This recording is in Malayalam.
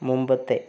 മുമ്പത്തെ